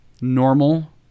normal